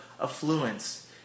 affluence